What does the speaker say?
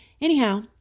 Anyhow